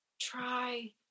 try